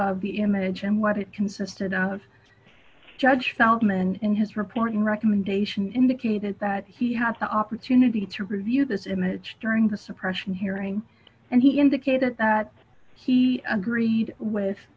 marriage and what it consisted of judge feldman in his reporting recommendation indicated that he had the opportunity to review this image during the suppression hearing and he indicated that he agreed with